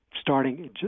starting